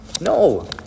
No